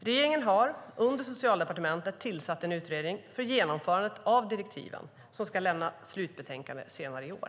Regeringen har - under Socialdepartementet - tillsatt en utredning för genomförande av direktiven som ska lämna sitt slutbetänkande senare i år.